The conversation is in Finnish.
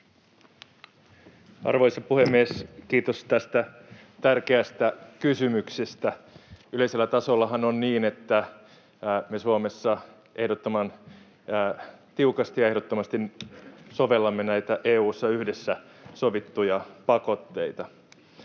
Arvoisa puhemies! Kiitos tästä tärkeästä kysymyksestä. Yleisellä tasollahan on niin, että me Suomessa ehdottoman tiukasti ja ehdottomasti sovellamme EU:ssa yhdessä sovittuja pakotteita.